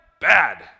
bad